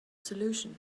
solution